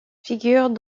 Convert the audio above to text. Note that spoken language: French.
figurent